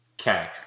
Okay